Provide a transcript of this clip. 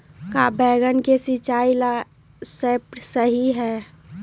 का बैगन के सिचाई ला सप्रे सही होई?